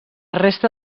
resta